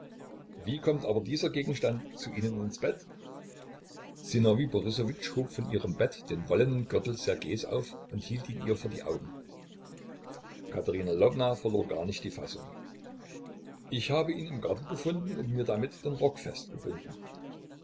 wie kommt aber dieser gegenstand zu ihnen ins bett sinowij borissowitsch hob von ihrem bett den wollenen gürtel ssergejs auf und hielt ihn ihr vor die augen katerina lwowna verlor gar nicht die fassung ich habe ihn im garten gefunden und mir damit den rock